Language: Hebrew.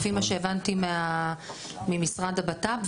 לפי מה שהבנתי ממשרד הבט"פ,